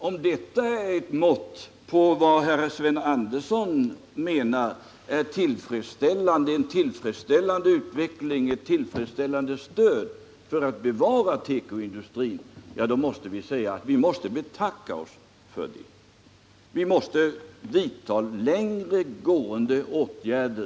Om detta är ett mått på vad Sven G. Andersson menar är en tillfredsställande utveckling och ett tillfredsställande stöd för att bevara tekoindustrin, då måste vi betacka oss. Vi måste vidta längre gående åtgärder.